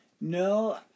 No